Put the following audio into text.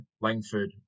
Langford